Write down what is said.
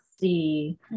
See